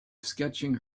sketching